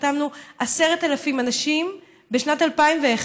החתמנו 10,000 אנשים בשנת 2001,